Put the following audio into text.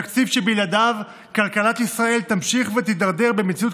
תקציב שבלעדיו כלכלת ישראל תמשיך ותידרדר במציאות